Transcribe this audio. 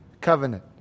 covenant